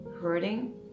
hurting